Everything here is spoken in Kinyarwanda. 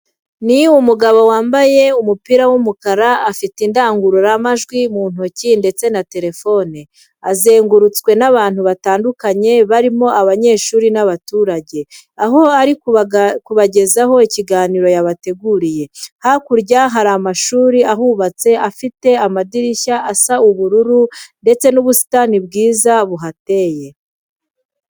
Ni umugabo wambaye umupira w'umukara ufite indangururamajwi mu ntoki ndetse na telefone. Azengurutwe n'abantu batandukanye barimo abanyeshuri n'abaturage, aho ari kubagezaho ikiganiro yabateguriye. Hakurya hari amashuri ahubatse afite amadirishya asa ubururu ndetse n'ubusitani bwiza buhateye.